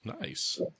nice